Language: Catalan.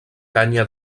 canya